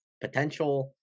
potential